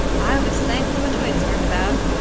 i was thankful the twins weren't about.